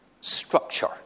structure